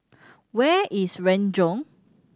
where is Renjong